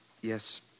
Yes